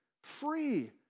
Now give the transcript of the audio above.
Free